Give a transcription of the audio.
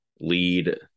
lead